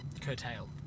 curtail